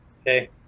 Okay